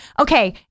Okay